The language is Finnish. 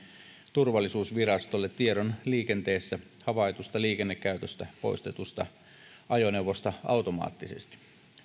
turvallisuusvirastolle tiedon liikenteessä havaitusta liikennekäytöstä poistetusta ajoneuvosta automaattisesti